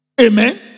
Amen